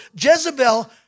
Jezebel